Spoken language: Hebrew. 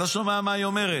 אני לא שומע את מה שהיא אומרת,